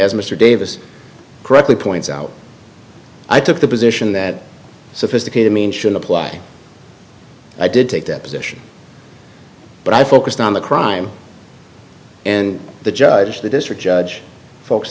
as mr davis correctly points out i took the position that sophisticated means should apply i did take that position but i focused on the crime and the judge the district judge fo